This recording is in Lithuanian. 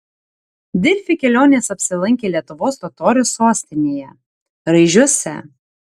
delfi kelionės apsilankė lietuvos totorių sostinėje raižiuose